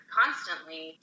constantly